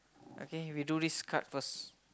okay we do this card first